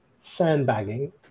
sandbagging